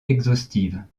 exhaustive